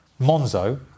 Monzo